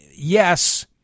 Yes